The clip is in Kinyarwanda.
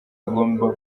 agomba